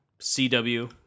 CW